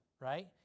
right